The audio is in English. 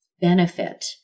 benefit